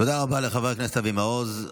תודה רבה לחבר הכנסת אבי מעוז.